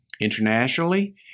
Internationally